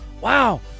Wow